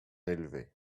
élevée